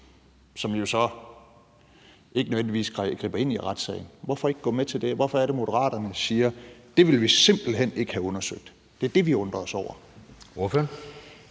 jo så ikke nødvendigvis griber ind i retssagen, hvorfor så ikke gå med til det? Hvorfor er det, Moderaterne siger, at det vil man simpelt hen ikke have undersøgt? Det er det, vi undrer os over.